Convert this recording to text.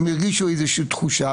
הם הרגישו איזושהי תחושה,